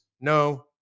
no